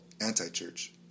anti-church